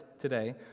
today